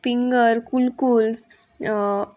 पिंगर कुलकुल्स